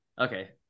Okay